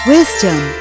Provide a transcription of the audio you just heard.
Wisdom